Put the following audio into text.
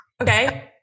Okay